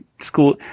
school